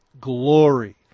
glory